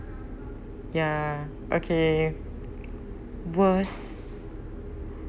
ya okay worst